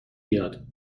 بیاد